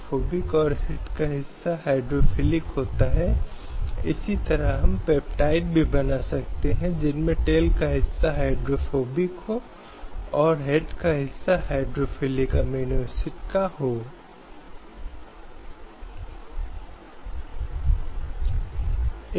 और मौलिक अधिकार इन मानव अधिकारों को बनाए रखने की कोशिश करते हैं और यह देखते हैं कि इन मानव अधिकारों का किसी भी स्तर पर उल्लंघन नहीं किया गया है